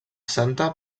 santa